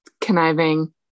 conniving